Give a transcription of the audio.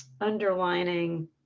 underlining